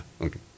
Okay